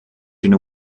une